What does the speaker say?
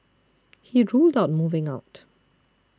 he ruled out moving out